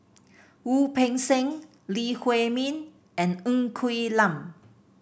Wu Peng Seng Lee Huei Min and Ng Quee Lam